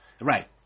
right